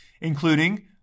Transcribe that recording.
including